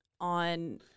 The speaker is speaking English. on